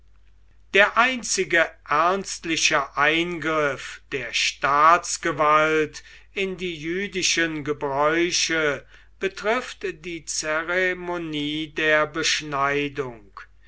der einzige ernstliche eingriff der staatsgewalt in die jüdischen gebräuche betrifft die zeremonie der beschneidung